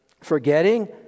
forgetting